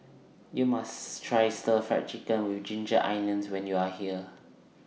YOU must Try Stir Fried Chicken with Ginger Onions when YOU Are here